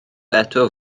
eto